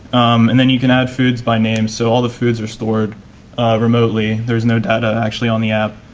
and then you can add foods by name so all the foods are stored remotely there's no data actually on the app.